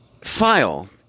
file